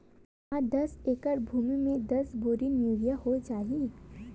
का दस एकड़ भुमि में दस बोरी यूरिया हो जाही?